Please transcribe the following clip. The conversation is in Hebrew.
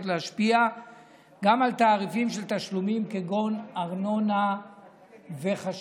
להשפיע גם על תעריפים של תשלומים כגון ארנונה וחשמל.